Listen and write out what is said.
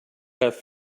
have